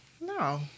no